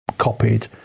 Copied